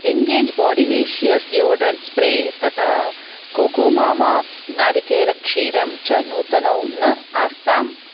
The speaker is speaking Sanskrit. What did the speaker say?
एङ्गेज् बाडिलिशियस् डीयोडरण्ट् स्प्रे तता कोकोममा नारिकेलक्षीरम् च नूतनौ न आस्ताम्